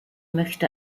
möchte